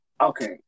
Okay